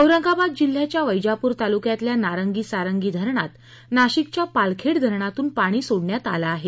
औरंगाबाद जिल्ह्याच्या वैजापूर तालुक्यातल्या नारंगी सारंगी धरणात नाशिकच्या पालखेड धरणातून पाणी सोडण्यात आलं आहे